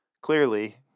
Clearly